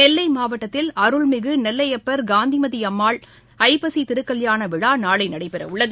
நெல்லை மாவட்டத்தில் அருள்மிகு நெல்லையப்பர் காந்திமதி அம்பாள் ஐப்பசி திருக்கல்யாண விழா நாளை நடைபெறவுள்ளது